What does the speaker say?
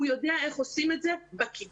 הוא יודע איך עושים את זה בכיתה.